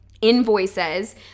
invoices